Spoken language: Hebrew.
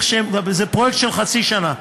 זה פרויקט של חצי שנה,